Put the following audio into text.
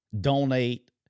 donate